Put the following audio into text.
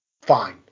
fine